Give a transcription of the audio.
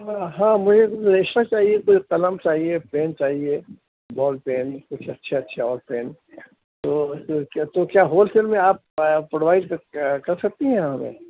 ہاں مجھے رجسٹر چاہیے کچھ قلم چاہیے پین چاہیے بال پین کچھ اچھے اچھے اور پین تو تو کیا ہول سیل میں آپ پرووائڈ کر سکتی ہیں ہمیں